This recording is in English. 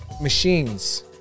machines